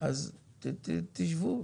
אז תשבו.